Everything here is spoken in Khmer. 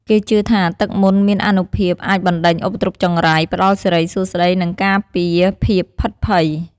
គេជឿថាទឹកមន្តមានអានុភាពអាចបណ្ដេញឧបទ្រពចង្រៃ ផ្ដល់សិរីសួស្ដី និងការពារភាពភិតភ័យ។